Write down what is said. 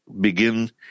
begin